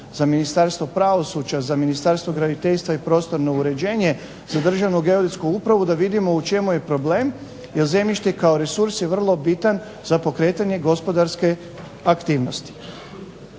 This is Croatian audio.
za Ministarstvo pravosuđa, za Ministarstvo graditeljstva i prostorno uređenje te Državnu geodetsku upravu da vidimo u čemu je problem jer zemljište kao resurs je vrlo bitan za pokretanje gospodarske aktivnosti.